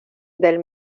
del